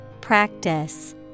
Practice